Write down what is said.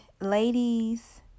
ladies